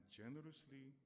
generously